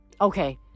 Okay